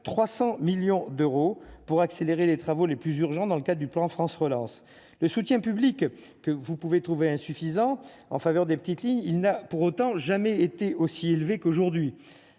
300 millions d'euros pour accélérer les travaux les plus urgents, dans le cas du plan France relance le soutien public que vous pouvez trouver insuffisant en faveur des petites lignes, il n'a pour autant jamais été aussi élevé qu'aujourd'hui,